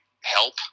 help